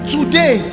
Today